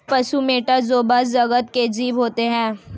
पशु मैटा जोवा जगत के जीव होते हैं